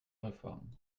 réforme